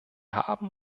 haben